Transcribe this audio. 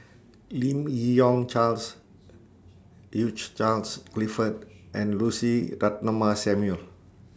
Lim Yi Yong Charles Hugh Charles Clifford and Lucy Ratnammah Samuel